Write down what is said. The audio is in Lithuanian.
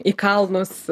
į kalnus